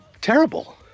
terrible